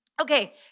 Okay